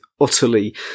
utterly